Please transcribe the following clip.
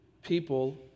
People